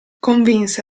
convinse